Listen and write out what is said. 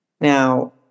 Now